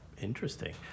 Interesting